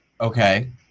Okay